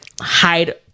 hide